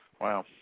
Wow